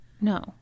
no